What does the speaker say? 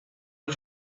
del